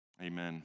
Amen